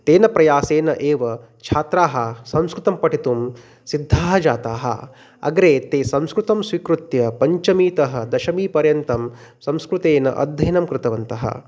तेन प्रयासेन एव छात्राः संस्कृतं पठितुं सिद्धाः जाताः अग्रे ते संस्कृतं स्वीकृत्य पञ्चमीतः दशमीपर्यन्तं संस्कृतम् अध्ययनं कृतवन्तः